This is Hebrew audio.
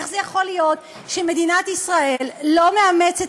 איך זה יכול להיות שמדינת ישראל לא מאמצת